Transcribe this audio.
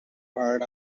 part